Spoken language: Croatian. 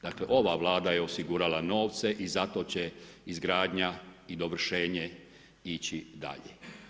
Dakle, ova Vlada je osigurala novce i zato će izgradnja i dovršenje ići dalje.